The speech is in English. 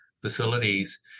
facilities